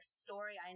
story